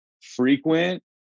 frequent